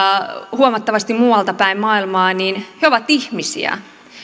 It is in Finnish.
huomattavasti muualta päin maailmaa niin he ovat ihmisiä